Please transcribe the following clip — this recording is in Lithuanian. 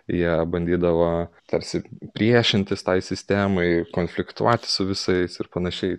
jie bandydavo tarsi priešintis tai sistemai konfliktuoti su visais ir panašiai